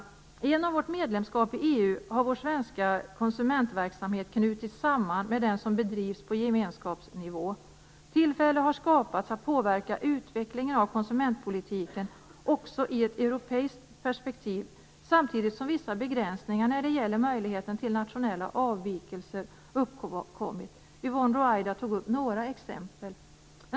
Genom vårt medlemskap i EU har vår svenska konsumentverksamhet knutits samman med den som bedrivs på gemenskapsnivå. Tillfälle har skapats att påverka utvecklingen av konsumentpolitiken också i ett europeiskt perspektiv, samtidigt som vissa begränsningar när det gäller möjligheten till nationella avvikelser har uppkommit. Yvonne Ruwaida tog upp några exempel.